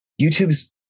YouTube's